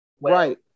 Right